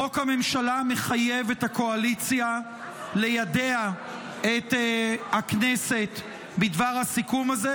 חוק הממשלה מחייב את הקואליציה ליידע את הכנסת בדבר הסיכום הזה.